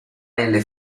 nelle